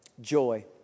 Joy